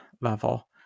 level